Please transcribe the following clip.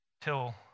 Till